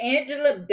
Angela